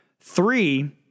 Three